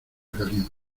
caliente